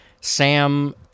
Sam